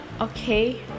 okay